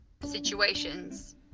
situations